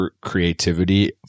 creativity